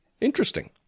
Interesting